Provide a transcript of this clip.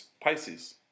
Pisces